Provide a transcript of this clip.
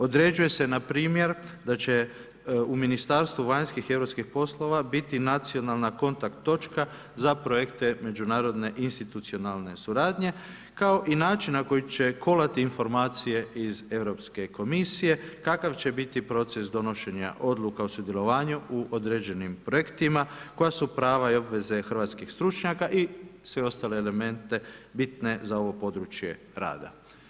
Određuje se npr. da će u Ministarstvu vanjskih i europskih poslova biti nacionalna kontakt točka za projekte međunarodne institucionalne suradnje, kao i način, na koji će kolati informacije iz Europske komisije, kakav će biti proces donošenja odluka o sudjelovanju u određenim projektima, koja su prava i obveze hrvatskih stručnjaka i sve ostale elemente bitne za ovo područje rada.